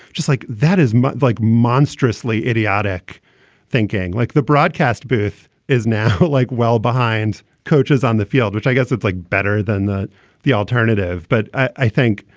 just like that is much like monstrously idiotic thinking. like the broadcast booth is now but like well behind coaches on the field, which i guess it's like better than the the alternative. but i think,